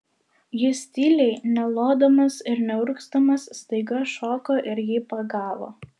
jis tyliai nelodamas ir neurgzdamas staiga šoko ir jį pagavo